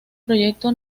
proyecto